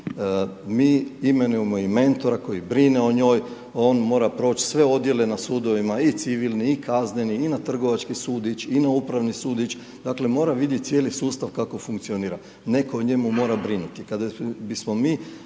Mi imenujemo i mentora koji brine o njoj, on mora proći sve odjele na sudovima i civilni i kazneni i na Trgovački sud ić, i na Upravni sud ić, dakle mora vidjet cijeli sustav kako funkcionira, netko o njemu mora brinuti.